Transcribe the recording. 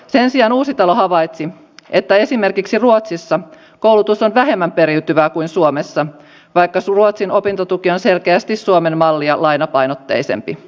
sen sijaan uusitalo havaitsi että esimerkiksi ruotsissa koulutus on vähemmän periytyvää kuin suomessa vaikka ruotsin opintotuki on selkeästi suomen mallia lainapainotteisempi